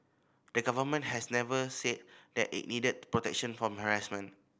the Government has never said that it needed protection from harassment